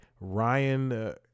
Ryan